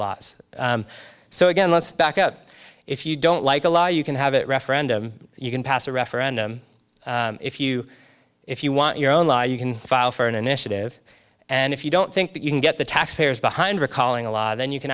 laws so again let's back up if you don't like the law you can have it referendum you can pass a referendum if you if you want your own law you can file for an initiative and if you don't think that you can get the taxpayers behind recalling a law then you can